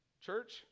Church